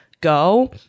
go